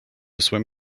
swim